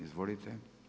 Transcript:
Izvolite.